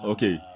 Okay